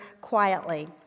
quietly